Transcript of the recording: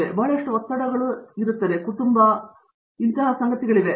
ಆದ್ದರಿಂದ ಬಹಳಷ್ಟು ಒತ್ತಡಗಳು ಎಳೆಯುತ್ತದೆ ಮತ್ತು ಕುಟುಂಬ ಬಹಳಷ್ಟು ಸಂಗತಿಗಳಿವೆ